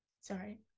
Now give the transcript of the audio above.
sorry